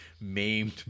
maimed